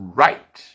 right